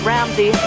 Ramsey